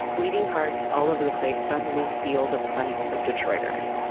bleeding hearts all over the place suddenly feel the plight of detroiters.